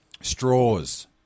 straws